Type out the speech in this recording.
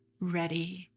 ready,